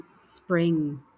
spring